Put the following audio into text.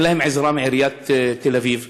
אין להם עזרה מעיריית תל אביב,